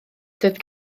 doedd